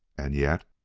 and yet.